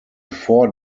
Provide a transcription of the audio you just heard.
four